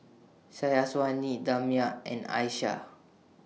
Syazwani Damia and Aisyah